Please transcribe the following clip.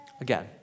again